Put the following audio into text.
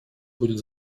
будет